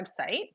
website